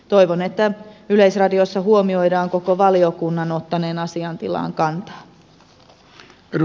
toivon että yleisradiossa huomioidaan koko valiokunnan ottaneen asiantilaan kantaa